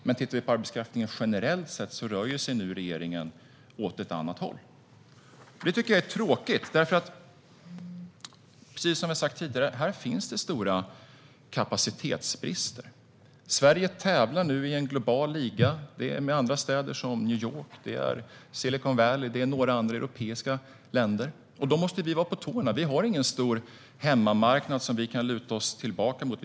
Ser man på arbetskraften generellt rör sig nu regeringen åt ett annat håll, och det tycker jag är tråkigt. Precis som vi har sagt tidigare finns det här stora kapacitetsbrister. Sverige tävlar nu i en global liga med andra städer som New York, Silicon Valley och några andra europeiska länder. Då måste vi vara på tårna. Vi har ingen stor hemmamarknad som vi kan luta oss tillbaka mot.